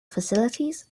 facilities